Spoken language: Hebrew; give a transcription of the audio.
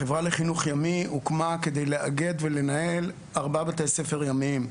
חברה לחינוך ימי הוקמה כדי לאגד ולנהל ארבעה בתי ספר ימיים.